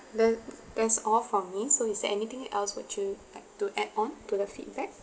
then that's all from me so is there anything else would you like to add on to the feedback